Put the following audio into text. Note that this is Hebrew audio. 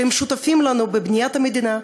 שהם שותפים לנו בבניית המדינה,